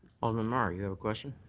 alderman mar you have a question?